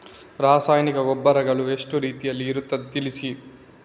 ರಾಸಾಯನಿಕ ಗೊಬ್ಬರಗಳು ಎಷ್ಟು ರೀತಿಯಲ್ಲಿ ಇರ್ತದೆ ತಿಳಿಸಿ?